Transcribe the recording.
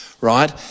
right